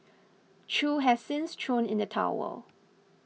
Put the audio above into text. chew has since thrown in the towel